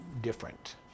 different